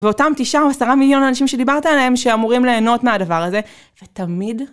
ואותם תשעה או עשרה מיליון אנשים שדיברת עליהם, שאמורים ליהנות מהדבר הזה, ותמיד.